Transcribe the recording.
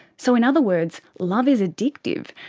so in other words, love is addictive,